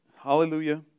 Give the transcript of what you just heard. Hallelujah